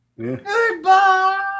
Goodbye